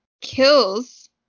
kills